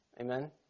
Amen